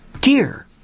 Dear